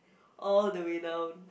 all the way down